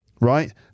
right